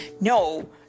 No